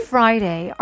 Friday